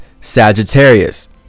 Sagittarius